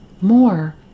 More